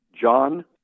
John